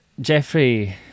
Jeffrey